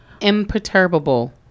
imperturbable